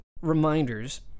reminders